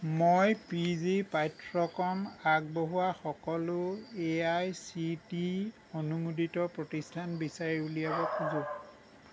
মই P G পাঠ্যক্ৰম আগবঢ়োৱা সকলো এ আই চি টি অনুমোদিত প্ৰতিষ্ঠান বিচাৰি উলিয়াব খোজো